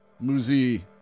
Muzi